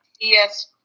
Yes